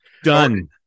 Done